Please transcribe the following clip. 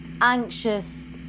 anxious